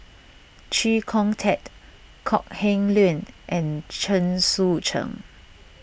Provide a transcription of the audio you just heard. Chee Kong Tet Kok Heng Leun and Chen Sucheng